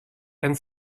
and